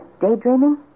daydreaming